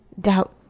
doubt